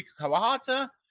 Kawahata